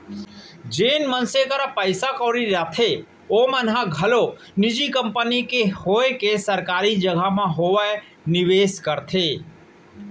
जेन मनसे करा पइसा कउड़ी रथे ओमन ह घलौ निजी कंपनी होवय के सरकारी जघा म होवय निवेस करथे